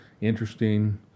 interesting